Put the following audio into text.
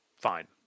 fine